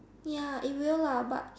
ya it will lah but